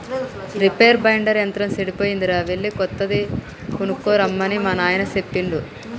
reaper binder యంత్రం సెడిపోయిందిరా ఎళ్ళి కొత్తది కొనక్కరమ్మని మా నాయిన సెప్పిండు